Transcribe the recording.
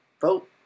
vote